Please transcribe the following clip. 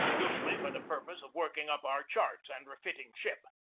usually for the pur pose of working up our charts and refitting ship.